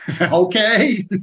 Okay